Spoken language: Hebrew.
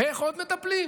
ואיך עוד מטפלים?